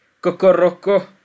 Kokoroko